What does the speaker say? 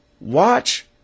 watch